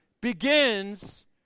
begins